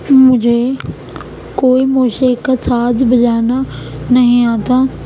کیوں مجھے کوئی موسیقی کا ساز بجانا نہیں آتا